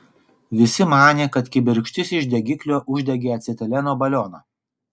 visi manė kad kibirkštis iš degiklio uždegė acetileno balioną